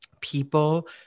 people